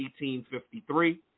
1853